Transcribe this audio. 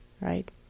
right